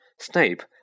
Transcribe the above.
Snape